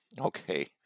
Okay